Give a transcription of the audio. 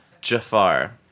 Jafar